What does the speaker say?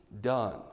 done